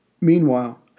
Meanwhile